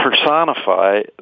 personify